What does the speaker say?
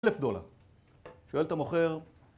אלף דולר. שואל את המוכר.